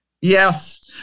Yes